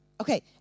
Okay